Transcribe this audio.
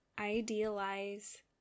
idealize